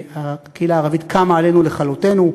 והקהילה הערבית קמה עלינו לכלותנו.